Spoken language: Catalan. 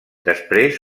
després